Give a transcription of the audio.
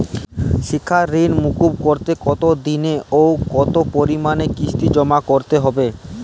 শিক্ষার ঋণ মুকুব করতে কতোদিনে ও কতো পরিমাণে কিস্তি জমা করতে হবে?